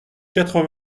quatre